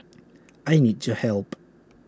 I need your help